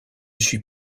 suis